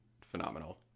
phenomenal